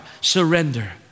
surrender